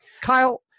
Kyle